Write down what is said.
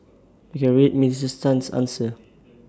you can read Minister Tan's answer